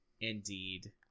indeed